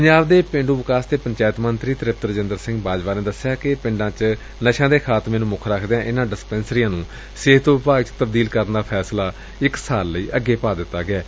ਪੰਜਾਬ ਦੇ ਪੇਂਡੁ ਵਿਕਾਸ ਅਤੇ ਪੰਚਾਇਤ ਮੰਤਰੀ ਤ੍ਰਿਪਤ ਰਾਜਿੰਦਰ ਸਿੰਘ ਬਾਜਵਾ ਨੇ ਦੱਸਿਆ ਕਿ ਪਿੰਡਾਂ ਵਿਚ ਨਸ਼ਿਆਂ ਦੇ ਖਾਤਮੇ ਨੂੰ ਮੁੱਖ ਰੱਖਦਿਆਂ ਇਹਨਾਂ ਡਿਸਪੈਂਸਰੀਆਂ ਨੂੰ ਸਿਹਤ ਵਿਭਾਗ ਵਿਚ ਤਬਦੀਲ ਕਰਨਾ ਦਾ ਫੈਸਲਾ ਇੱਕ ਸਾਲ ਲਈ ਅੱਗੇ ਪਾ ਦਿੱਤਾ ਗਿਐ